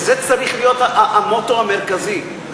וזה צריך להיות המוטו המרכזי,